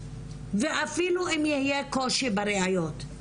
ואפילו הם יהיה קושי בראיות,